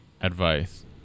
advice